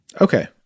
Okay